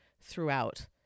throughout